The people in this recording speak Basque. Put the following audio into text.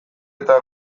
eta